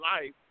life